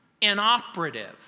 inoperative